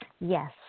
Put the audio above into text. Yes